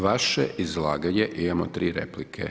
Na vaše izlaganje imamo tri replike.